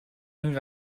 این